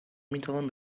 میتوان